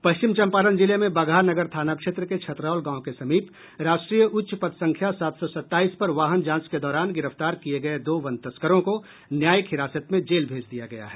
पश्चिम चंपारण जिले में बगहा नगर थाना क्षेत्र के छतरौल गांव के समीप राष्ट्रीय उच्च पथ संख्या सात सौ सत्ताईस पर वाहन जांच के दौरान गिरफ्तार किये गये दो वन तस्करों को न्यायिक हिरासत में जेल भेज दिया गया है